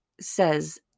says